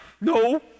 no